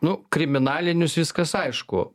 nu kriminalinius viskas aišku